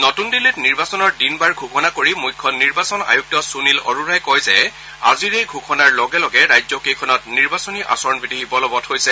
নতুন দিল্লীত নিৰ্বাচনৰ দিন বাৰ ঘোষণা কৰি মুখ্য নিৰ্বাচন আয়ুক্ত সুনীল আৰোৰাই কয় যে আজিৰ এই ঘোষণাৰ লগে লগে ৰাজ্যকেইখনত নিৰাবচনী আচৰণ বিধি বলৱৎ হৈছে